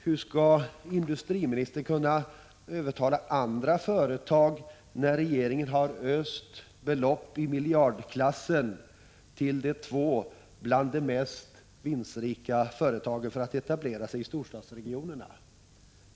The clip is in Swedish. Hur skall industriministern kunna övertala andra företag att göra regionalpolitiska insatser, när regeringen har öst belopp i miljardklassen över två av de mest vinstrika företagen för att de skall etablera sig i storstadsregionerna?